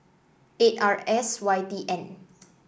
eight R S Y T N